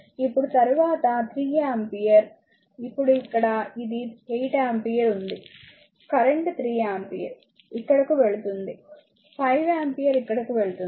ఇప్పుడు తరువాత 3 ఆంపియర్ ఇప్పుడు ఇక్కడ ఇది 8 ఆంపియర్ ఉంది కరెంట్ 3 ఆంపియర్ ఇక్కడకు వెళుతోంది 5 ఆంపియర్ ఇక్కడకు వెళ్తోంది